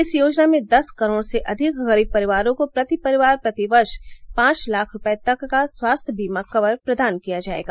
इस योजना में दस करोड़ से अधिक गरीब परिवारों को प्रति परिवार प्रतिवर्ष पांच लाख रुपये तक का स्वास्थ्य बीमा कवर प्रदान किया जाएगा